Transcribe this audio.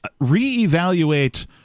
reevaluate